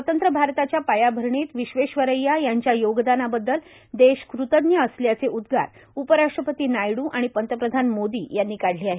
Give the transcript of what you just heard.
स्वतंत्र भारताच्या पायाभरणीत विश्वेश्वरैया यांच्या योगदानाबद्दल देश कृतज्ञ असल्याचे उद्गार उपराष्ट्रपती नायडू आणि पंतप्रधान मोदी यांनी काढले आहे